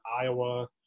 Iowa